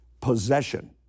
possession